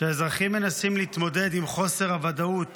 כשאזרחים מנסים להתמודד עם חוסר הוודאות